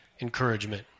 encouragement